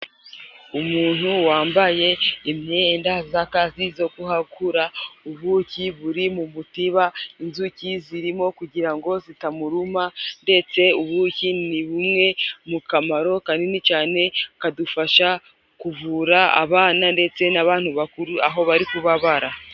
Umuntu wambaye imyenda y' akazi ko guhakura ubuki; buri mu tiba inzuki zirimo kugira ngo zitamuruma, ndetse ubuki ni bumwe mu kamaro kanini cyane kadufasha kuvura abana ndetse n' abantu bakuru aho bari kubabara.